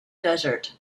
desert